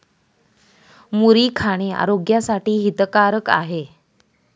मुरी खाणे आरोग्यासाठी हितकारक आहे